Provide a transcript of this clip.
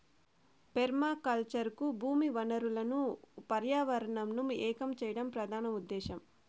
permaculture కు భూమి వనరులను పర్యావరణంను ఏకం చేయడం ప్రధాన ఉదేశ్యం